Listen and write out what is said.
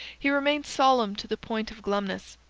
he remained solemn to the point of glumness.